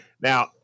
Now